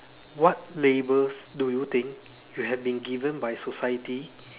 what labels do you think you have been given by society